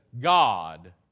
God